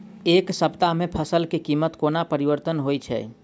एक सप्ताह मे फसल केँ कीमत कोना परिवर्तन होइ छै?